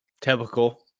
Typical